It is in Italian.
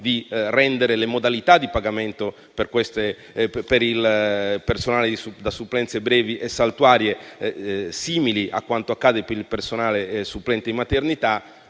di rendere le modalità di pagamento per il personale per supplenze brevi e saltuarie simili a quelle per il personale supplente in maternità.